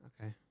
Okay